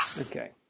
Okay